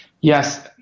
Yes